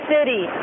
City